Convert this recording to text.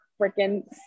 freaking